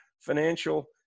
financial